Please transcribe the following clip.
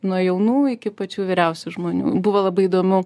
nuo jaunų iki pačių vyriausių žmonių buvo labai įdomu